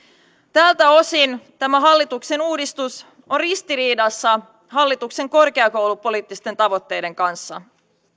tältä osin tämä hallituksen uudistus on ristiriidassa hallituksen korkeakoulupoliittisten tavoitteiden kanssa